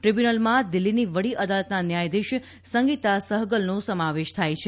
દ્રીબ્યુનલમાં દિલ્ફીની વડી અદાલતના ન્યાયાધીશ સંગીતા સફગલનો સમાવેશ થાય છે